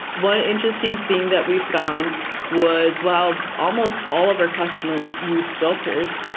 what interesting thing that we found was, well, almost all of her customers use filters.